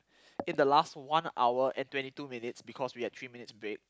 in the last one hour and twenty two minutes because we had three minutes break